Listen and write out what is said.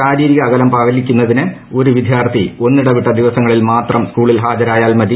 ശാരീരിക അകലം പാലിക്കുന്നതിന് ഒരു വിദ്യാർത്ഥി ഒന്നിടവിട്ട ദിവസങ്ങളിൽ മാത്രം സ്കൂളിൽ ഹാജരായാൽ മതി